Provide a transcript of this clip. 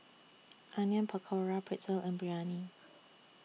Onion Pakora Pretzel and Biryani